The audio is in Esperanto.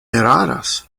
eraras